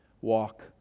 walk